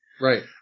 Right